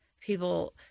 people